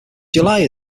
july